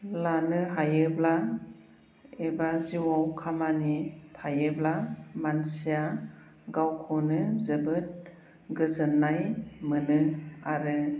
लानो हायोब्ला एबा जिउआव खामानि थायोब्ला मानसिया गावखौनो जोबोद गोजोननाय मोनो आरो